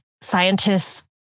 scientists